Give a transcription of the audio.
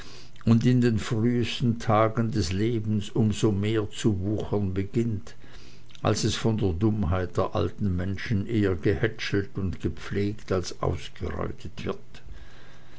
und in den frühesten tagen des lebens um so mehr zu wuchern beginnt als es von der dummheit der alten menschen eher gehätschelt und gepflegt als ausgereutet wird